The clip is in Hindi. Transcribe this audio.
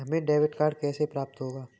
हमें डेबिट कार्ड कैसे प्राप्त होगा?